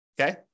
Okay